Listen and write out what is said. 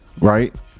Right